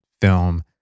film